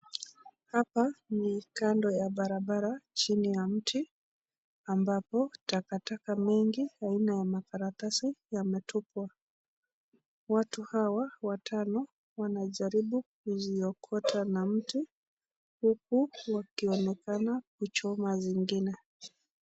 Hapa ni kando ya barabara chini ya mti, ambapo takataka mingi aina ya karatasi yametupwa. Watu hawa watano wanajaribu kuziokota na mtu huku akionekana kuchoma zingine.